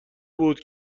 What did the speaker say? بود